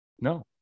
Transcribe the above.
No